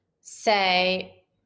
say